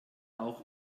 auch